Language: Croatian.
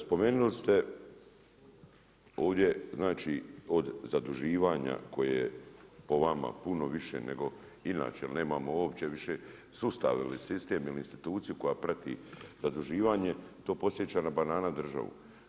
Spomenuli ste ovdje znači od zaduživanja koje je po vama puno više nego inače jer nemamo uopće više sustav, sistem ili instituciju koja prati zaduživanje, to podsjeća na banana državu.